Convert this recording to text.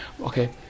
Okay